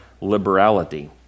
liberality